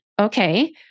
Okay